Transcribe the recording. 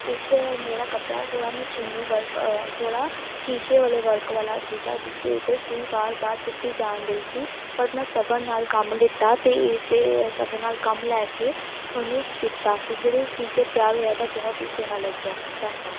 ਇਸ ਮੇਰਾ ਕੱਪੜਾ ਥੋੜ੍ਹਾ ਮਸ਼ੀਨੀ ਵਰਕ ਥੋੜ੍ਹਾ ਸ਼ੀਸ਼ੇ ਵਾਲੇ ਵਰਕ ਵਾਲਾ ਸੀਗਾ ਜਿਸਦੇ ਉੱਤੇ ਸੂਈ ਬਾਰ ਬਾਰ ਟੁੱਟੀ ਜਾਣ ਦਈ ਸੀ ਬਟ ਮੈਂ ਸਬਰ ਨਾਲ ਕੰਮ ਲਿਤਾ ਅਤੇ ਏ ਅਤੇ ਸਬਰ ਨਾਲ ਕੰਮ ਲੈ ਕੇ ਉਹਨੂੰ ਸੀਤਾ ਅਤੇ ਜਦੋਂ ਸੀਕੇ ਤਿਆਰ ਹੋਇਆ ਤਾਂ ਬਹੁਤ ਹੀ ਸੋਹਣਾ ਲੱਗਿਆ ਧੰਨਵਾਦ